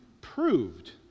proved